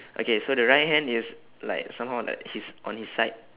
okay so the right hand is like somehow like his on his side